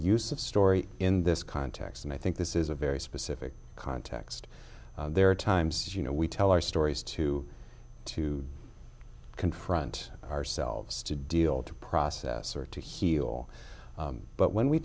use of story in this context and i think this is a very specific context there are times you know we tell our stories too to confront ourselves to deal to process or to heal but when we